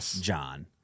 John